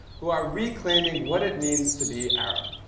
who are reclaiming what it means to be arab.